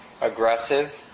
aggressive